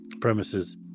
premises